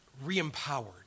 re-empowered